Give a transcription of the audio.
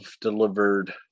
delivered